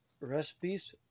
recipes